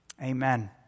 Amen